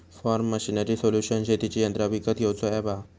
form machinery solution शेतीची यंत्रा विकत घेऊचा अॅप हा